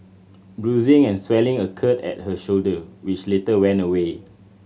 bruising and swelling occurred at her shoulder which later went away